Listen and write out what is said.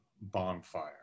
bonfire